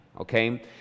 okay